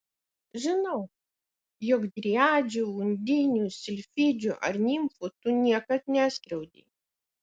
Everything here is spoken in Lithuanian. žinau jog driadžių undinių silfidžių ar nimfų tu niekad neskriaudei